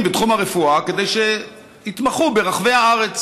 בתחום הרפואה כדי שיתמחו ברחבי הארץ.